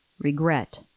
regret